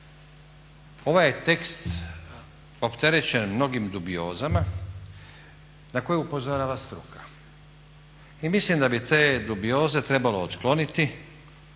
ovaj je tekst opterećen mnogim dubiozama na koje upozorava struka. I mislim da bi te dubioze trebalo otkloniti